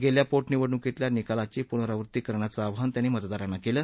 गेल्या पोटनिवडणुकीतल्या निकालाची पुनरावृत्ती करण्याचं आवाहन त्यांनी मतदारांना केलं